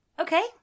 Okay